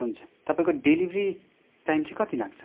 हुन्छ तपाईँको delivery time चाहिँ कति लाग्छ